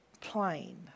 plain